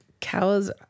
Cows